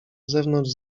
zewnątrz